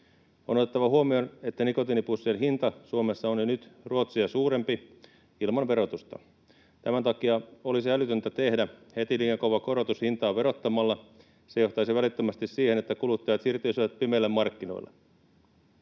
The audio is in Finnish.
On otettava huomioon, että nikotiinipussien hinta Suomessa on jo nyt Ruotsia suurempi ilman verotusta. Tämän takia olisi älytöntä tehdä heti liian kova korotus hintaan verottamalla. Se johtaisi välittömästi siihen, että kuluttajat siirtyisivät pimeille markkinoille.